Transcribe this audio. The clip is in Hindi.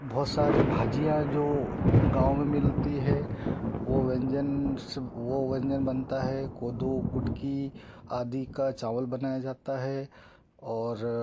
बहुत सारी भाजियाँ जो गाँव में मिलती है वो व्यंजन से वो व्यंजन बनता है कोदू कुटकी आदि का चावल बनाया जाता है और